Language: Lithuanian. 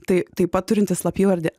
tai taip pat turinti slapyvardį